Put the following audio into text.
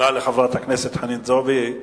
תודה לחברת הכנסת חנין זועבי.